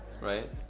Right